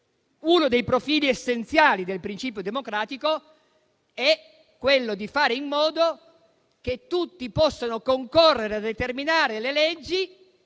Uno dei profili essenziali del principio democratico, infatti, è quello di fare in modo che tutti possano concorrere a determinare le leggi